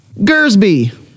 Gersby